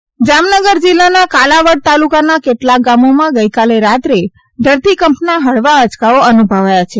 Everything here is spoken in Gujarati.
ધરતીકંપ જામનગર જામનગર જિલ્લાના કાલાવાડ તાલુકાના કેટલાક ગામોમાં ગઇકાલે રાત્રે ધરતીકંપના હળવા આંચકાઓ અનુભવાયા છે